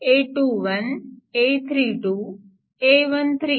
a21 a32 a13